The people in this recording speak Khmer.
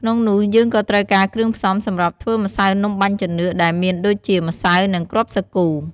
ក្នុងនោះយើងក៏ត្រូវការគ្រឿងផ្សំសម្រាប់ធ្វើម្សៅនំបាញ់ចានឿក ដែលមានដូចជា ម្សៅ និង គ្រាប់សាគូ។